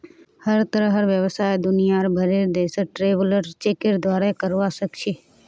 हर तरहर व्यवसाय दुनियार भरेर देशत ट्रैवलर चेकेर द्वारे करवा सख छि